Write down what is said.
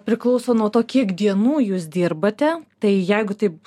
priklauso nuo to kiek dienų jūs dirbate tai jeigu taip